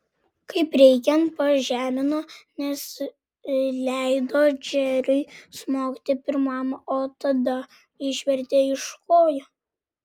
kaip reikiant pažemino nes leido džeriui smogti pirmam o tada išvertė iš kojų